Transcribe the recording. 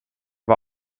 war